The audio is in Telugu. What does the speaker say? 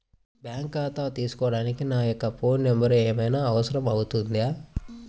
బ్యాంకు ఖాతా తీసుకోవడానికి నా యొక్క ఫోన్ నెంబర్ ఏమైనా అవసరం అవుతుందా?